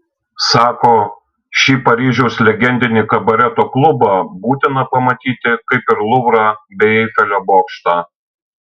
sako šį paryžiaus legendinį kabareto klubą būtina pamatyti kaip ir luvrą bei eifelio bokštą